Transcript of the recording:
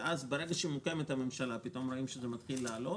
ברגע שהוקמה הממשלה פתאום רואים שזה מתחיל לעלות,